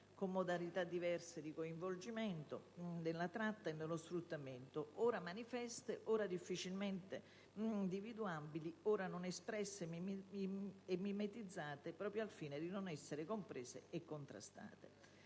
con modalità diverse di coinvolgimento nella tratta e nello sfruttamento, ora manifeste, ora difficilmente individuabili, ora non espresse e mimetizzate proprio al fine di non essere comprese e contrastate.